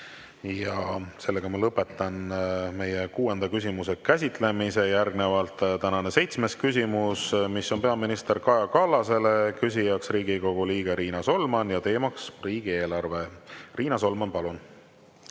Aitäh! Ma lõpetan meie kuuenda küsimuse käsitlemise. Järgnevalt tänane seitsmes küsimus, mis on peaminister Kaja Kallasele. Küsija on Riigikogu liige Riina Solman ja teema riigieelarve. Riina Solman, palun!